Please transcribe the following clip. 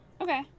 Okay